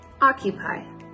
Occupy